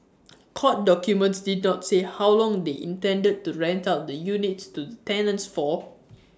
court documents did not say how long they intended to rent out the units to the tenants for